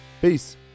Peace